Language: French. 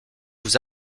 vous